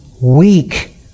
Weak